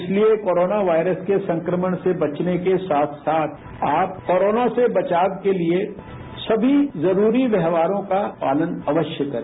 इसलिए corona virus के संक्रमण से बचने के साथ साथ आप कोरोना से बचाव के लिए सभी जरूरी व्यवहारों का पालन अवश्य करें